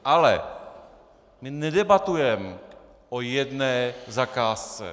Ale my nedebatujeme o jedné zakázce.